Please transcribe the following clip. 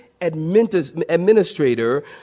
administrator